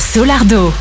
Solardo